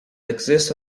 exist